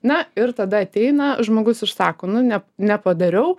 na ir tada ateina žmogus ir sako nu ne nepadariau